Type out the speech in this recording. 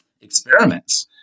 experiments